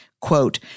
quote